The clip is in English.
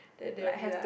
then they will be like